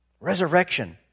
Resurrection